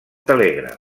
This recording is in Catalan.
telègraf